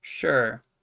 sure